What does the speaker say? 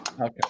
Okay